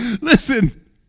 Listen